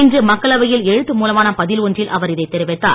இன்று மக்களவையில் எழுத்து மூலமான பதில் ஒன்றில் அவர் இதைத் தெரிவித்தார்